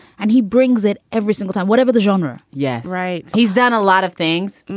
and he brings it every single time, whatever the genre yes. right. he's done a lot of things.